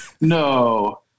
No